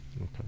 Okay